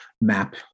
map